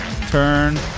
Turn